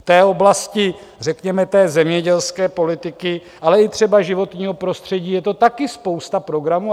V oblasti řekněme zemědělské politiky, ale i třeba životního prostředí je to taky spousta programů.